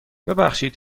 ببخشید